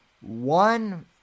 One